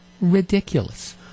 ridiculous